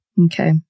Okay